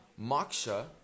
moksha